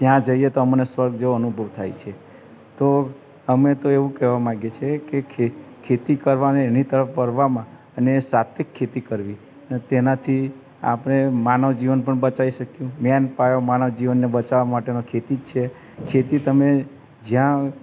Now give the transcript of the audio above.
ત્યાં જઈએ તો અમને સ્વર્ગ જેવો અનુભવ થાય છે તો અમે તો એવું કહેવા માંગીએ છીએ કે ખેતી કરવા ને એની તરફ વળવામાં અને સાત્વિક ખેતી કરવી ને તેનાથી આપણે માનવજીવન પણ બચાવી શક્યું મેઇન પાયો માનવજીવનને બચાવવા માટેનો ખેતી જ છે ખેતી તમે જ્યાં